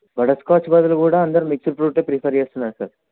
butterscotch బదులు కూడా అందరు మిక్స్డ్ ఫ్రూట్ ప్రిఫర్ చేస్తున్నారు సార్